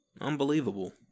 unbelievable